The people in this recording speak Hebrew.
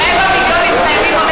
רבע מיליון ישראלים,